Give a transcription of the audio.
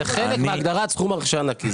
זה חלק מהגדרת סכום הרכישה הנקי.